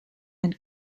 and